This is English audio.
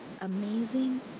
amazing